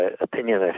opinion